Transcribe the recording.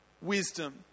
Wisdom